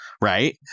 right